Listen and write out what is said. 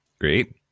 great